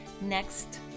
next